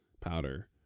powder